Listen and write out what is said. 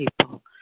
people